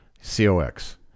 C-O-X